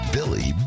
Billy